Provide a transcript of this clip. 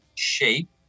shape